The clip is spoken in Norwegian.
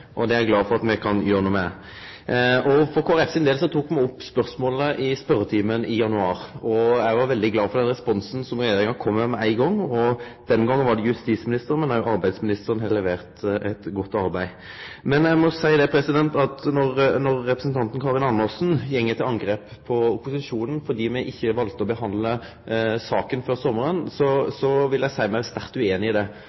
at me kan gjere noko med. Kristeleg Folkeparti tok opp spørsmålet i den munnlege spørjetimen i januar i år. Eg var veldig glad for den responsen som regjeringa kom med med ein gong. Den gongen var det justisministeren som svarte, men òg arbeidsministeren har levert eit godt arbeid. Karin Andersen går til angrep på opposisjonen fordi me valde ikkje å behandle saka før sommaren. Der vil eg seie meg sterkt ueinig. For Kristeleg Folkeparti sin del kunne me gjerne ha hastebehandla saka før sommaren, for saka var i